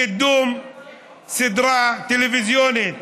קידום סדרה טלוויזיונית,